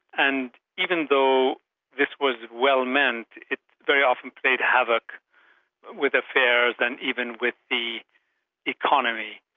and even though this was well-meant, it very often played havoc with affairs, and even with the economy.